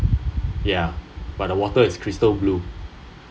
ya but the water is crystal blue